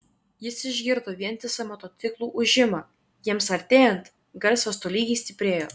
jis išgirdo vientisą motociklų ūžimą jiems artėjant garsas tolygiai stiprėjo